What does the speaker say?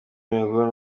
melbourne